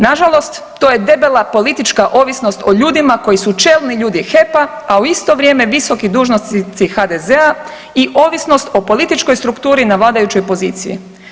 Nažalost to je debela politička ovisnost o ljudima koji su čelni ljudi HEP-a, a u isto vrijeme visoki dužnosnici HDZ-a i ovisnost o političkoj strukturi na vladajućoj poziciji.